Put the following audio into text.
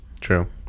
True